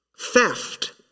Theft